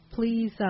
Please